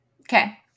Okay